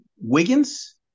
Wiggins